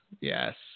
Yes